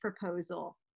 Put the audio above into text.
proposal